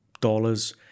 dollars